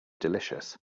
delicious